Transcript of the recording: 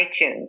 iTunes